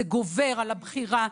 זה גובר על הבחירה,